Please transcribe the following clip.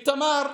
איתמר,